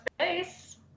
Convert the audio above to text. space